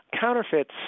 Counterfeits